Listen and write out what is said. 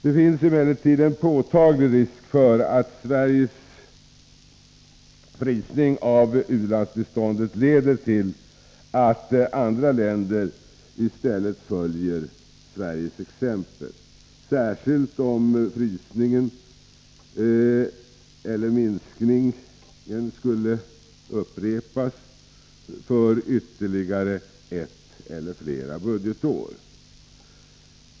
Det finns emellertid en påtaglig risk för att Sveriges frysning av ulandsbiståndet leder till att andra länder i stället följer Sveriges exempel, särskilt om frysningen eller minskningen skulle upprepas för ytterligare ett eller flera budgetår.